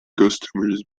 customers